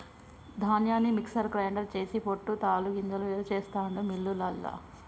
ధాన్యాన్ని mixer grinder చేసి పొట్టు తాలు గింజలు వేరు చెస్తాండు మిల్లులల్ల